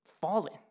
fallen